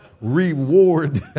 reward